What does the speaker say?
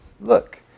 Look